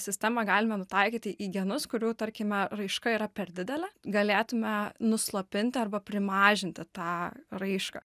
sistemą galime nutaikyti į genus kurių tarkime raiška yra per didelė galėtume nuslopinti arba primažinti tą raišką